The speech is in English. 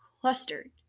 clustered